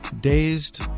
dazed